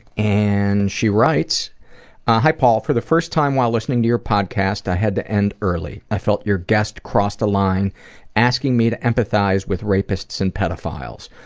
and she writes hi paul, for the first time while listening to your podcast i had to end early. i felt your guest crossed a line asking me to empathize with rapists and pedophiles.